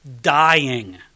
dying